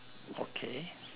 okay